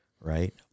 Right